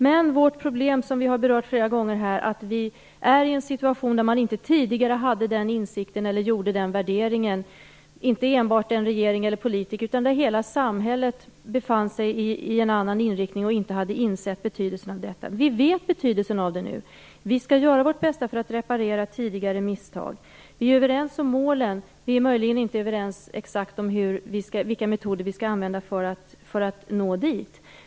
Men vårt problem, som vi har berört flera gånger här, är att vi har en situation som beror på att man inte tidigare hade den insikten eller gjorde den värderingen. Det gäller inte enbart den regeringen eller de politikerna, utan hela samhället befann sig i en annan inriktning, och man hade inte insett betydelsen av detta. Vi vet betydelsen av det nu. Vi skall göra vårt bästa för att reparera tidigare misstag. Vi är överens om målen. Vi är möjligen inte överens om exakt vilka metoder vi skall använda för att nå dit.